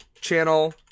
channel